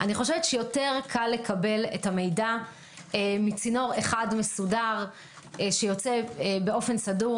יותר קל לקבל את המידע מצינור אחד מסודר שיוצא באופן סדור,